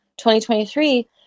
2023